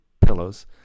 pillows